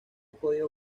código